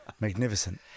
Magnificent